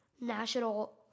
National